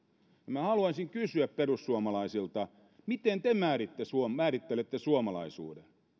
minä haluaisin kysyä perussuomalaisilta miten te määrittelette suomalaisuuden